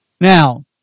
Now